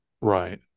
right